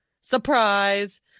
Surprise